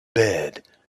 bed